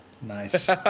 Nice